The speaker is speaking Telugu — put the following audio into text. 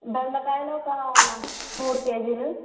బెండకాయలు ఒక మూడు కేజీలు